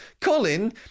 Colin